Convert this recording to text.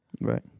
right